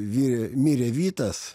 vyrė mirė vytas